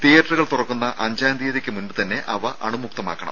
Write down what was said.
തിയേറ്ററുകൾ തുറക്കുന്ന അഞ്ചാം തീയതിക്ക് മുമ്പുതന്നെ അവ അണുമുക്തമാക്കണം